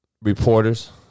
reporters